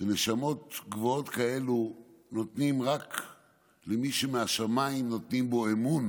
שנשמות גבוהות כאלה נותנים רק למי שמהשמיים נותנים בו אמון